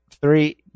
three